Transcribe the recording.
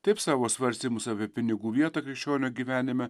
taip savo svarstymus apie pinigų vietą krikščionio gyvenime